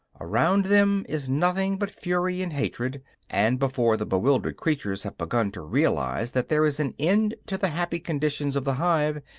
around them is nothing but fury and hatred and before the bewildered creatures have begun to realize that there is an end to the happy conditions of the hive,